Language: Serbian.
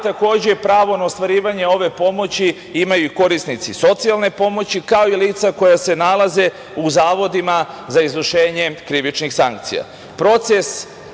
Takođe, pravo na ostvarivanje ove pomoći imaju i korisnici socijalne pomoći, kao i lica koja se nalaze u zavodima za izvršenje krivičnih sankcija. Proces